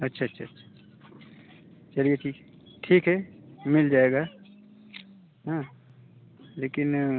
अच्छा अच्छा चलिए ठीक ठीक है मिल जाएगा लेकिन